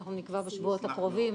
נקבע בשבועות הקרובים,